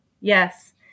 Yes